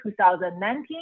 2019